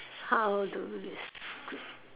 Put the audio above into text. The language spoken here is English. how do this